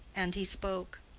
and he spoke.